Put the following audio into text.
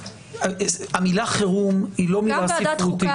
המילה חירום היא לא מילה ספרותית.